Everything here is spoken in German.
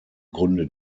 gründe